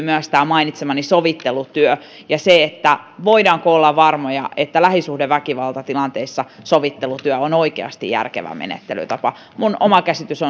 myös tämä mainitsemani sovittelutyö ja se voimmeko olla varmoja että lähisuhdeväkivaltatilanteissa sovittelutyö on oikeasti järkevä menettelytapa minun oma käsitykseni